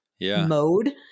mode